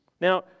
Now